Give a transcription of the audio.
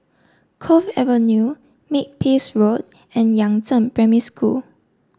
Cove Avenue Makepeace Road and Yangzheng Primary School